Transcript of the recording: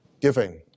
giving